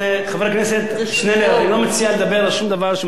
אני לא מציע לדבר על שום דבר שהוא בחדרי חדרים בעיתון או בחוץ.